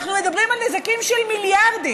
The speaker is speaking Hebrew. אנחנו מדברים על נזקים של מיליארדים.